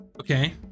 Okay